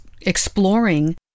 exploring